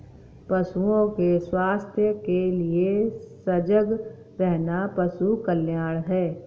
पशुओं के स्वास्थ्य के लिए सजग रहना पशु कल्याण है